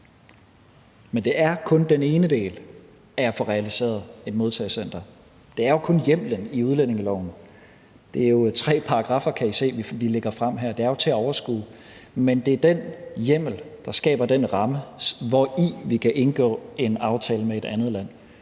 men det er kun den ene del af at få realiseret et modtagecenter. Det er jo kun hjemmelen i udlændingeloven. Det er jo tre paragraffer, kan I se, vi lægger frem her; det er jo til at overskue. Men det er den hjemmel, der skaber den ramme, hvori vi kan indgå en aftale med et andet land,